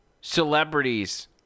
celebrities